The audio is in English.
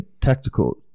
tactical